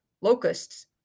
locusts